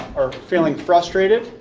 um feeling frustrated,